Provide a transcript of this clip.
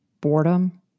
boredom